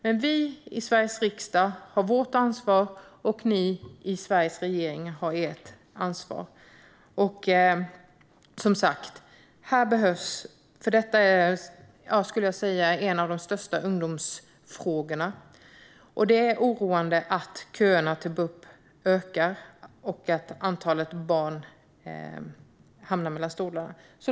Men vi i Sveriges riksdag har vårt ansvar, och ni i Sveriges regering har ert ansvar, ministern. Jag skulle säga att detta är en av de största ungdomsfrågorna, och det är oroande att köerna till BUP ökar och att ett antal barn hamnar mellan stolarna.